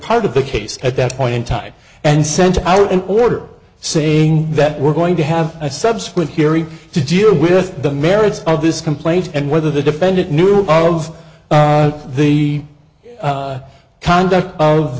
part of the case at that point in time and sent out an order saying that we're going to have a subsequent hearing to deal with the merits of this complaint and whether the defendant knew of the conduct of